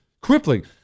Crippling